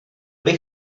byl